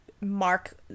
mark